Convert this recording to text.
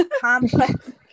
complex